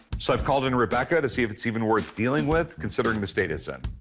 so i've called in rebecca to see if it's even worth dealing with, considering the state it's in.